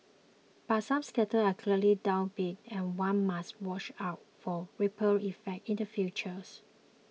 but some sectors are clearly downbeat and one must watch out for ripple effects in the futures